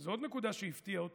זאת עוד נקודה שהפתיעה אותי,